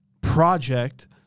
project